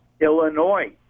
Illinois